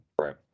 Right